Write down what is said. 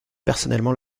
personnellement